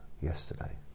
yesterday